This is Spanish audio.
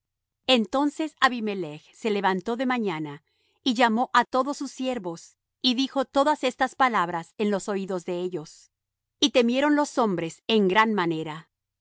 entonces abimelech se levantó de mañana y llamó á todos sus siervos y dijo todas estas palabras en los oídos de ellos y temieron los hombres en gran manera